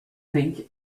think